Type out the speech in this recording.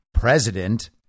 president